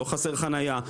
לא חסרה חניה?